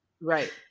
Right